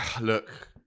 Look